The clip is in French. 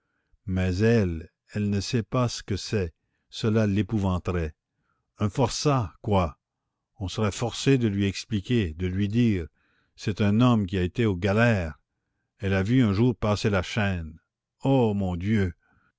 mais elle elle ne sait pas ce que c'est cela l'épouvanterait un forçat quoi on serait forcé de lui expliquer de lui dire c'est un homme qui a été aux galères elle a vu un jour passer la chaîne oh mon dieu